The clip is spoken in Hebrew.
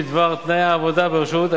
בדבר תנאי העבודה ברשות,